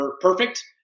perfect